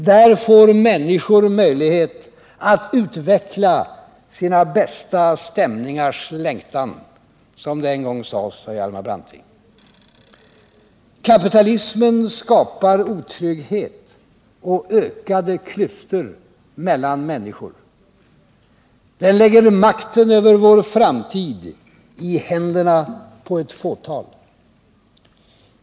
Där får människor möjlighet att utveckla sina bästa stämningars längtan, som det en gång sades av Hjalmar Branting. Kapitalismen skapar otrygghet och ökade klyftor mellan människor. Den lägger makten över vår framtid i händerna på ett fåtal.